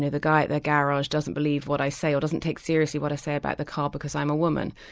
the the guy at the garage doesn't believe what i say, or doesn't take seriously what i say about the car because i'm a woman,